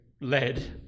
led